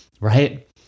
right